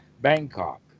Bangkok